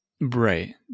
Right